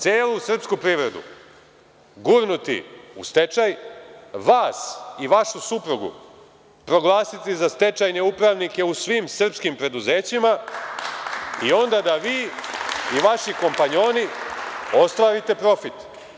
Celu srpsku privredu gurnuti u stečaj, vas i vašu suprugu proglasiti za stečajne upravnike u svim srpskim preduzećima i onda da vi i vaši kompanjoni ostvarite profit.